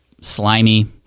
slimy